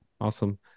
awesome